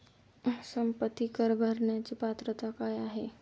संपत्ती कर भरण्याची पात्रता काय आहे?